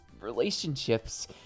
relationships